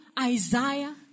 Isaiah